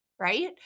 right